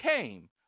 came